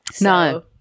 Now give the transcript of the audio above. No